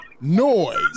noise